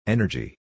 Energy